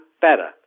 better